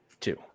Two